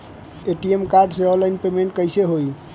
ATM card से online payment कैसे होई?